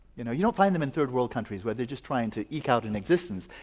you know you don't find them in third world countries where they are just trying to eek out an existence,